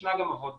ישנה גם עבודה.